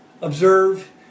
Observe